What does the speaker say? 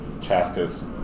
Chaska's